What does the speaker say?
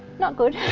not good.